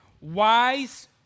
wise